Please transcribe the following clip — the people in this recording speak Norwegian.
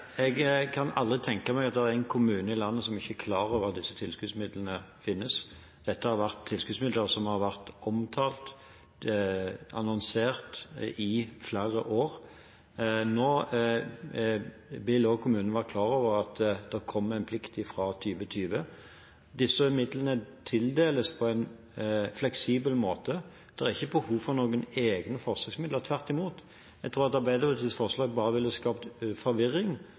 Jeg kan aldri tenke meg at det er en kommune i landet som ikke er klar over at disse tilskuddsmidlene finnes. Dette er tilskuddsmidler som har vært omtalt og annonsert i flere år. Nå vil kommunene også være klar over at det kommer en plikt fra 2020. Disse midlene tildeles på en fleksibel måte. Det er ikke behov for noen egne forsøksmidler, tvert imot. Jeg tror at Arbeiderpartiets forslag bare ville skapt forvirring